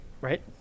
right